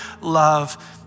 love